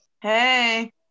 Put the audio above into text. Hey